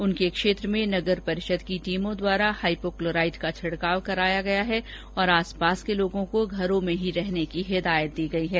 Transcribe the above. उनके क्षेत्र में नगर परिषद की टीमों द्वारा हाइपो क्लोराइट का छिडकाव करा दिया गया है तथा आस पास के लोगों को घरों में ही रहने की हिदायत दी गई है